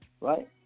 right